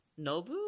Nobu